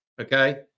Okay